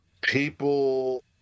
people